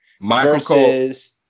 versus